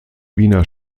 wiener